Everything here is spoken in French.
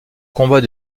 combat